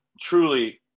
truly